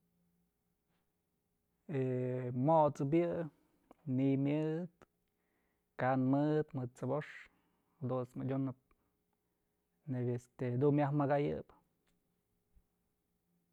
He mot'sëp yë ni'iy myëd ka'an mëd, mëd t'sëbox jadunt's adyunëp neyb este jadun myaj mëkayëp.